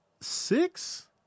six